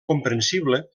comprensible